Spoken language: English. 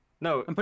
No